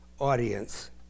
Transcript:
audience